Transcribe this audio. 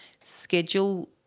schedule